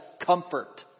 comfort